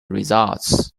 results